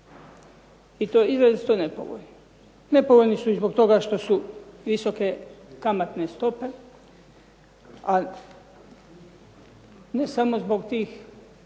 i to izrazito nepovoljni. Nepovoljni su i zbog toga što su visoke kamatne stope a ne samo zbog tih